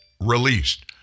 released